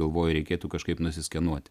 galvoji reikėtų kažkaip nuskenuoti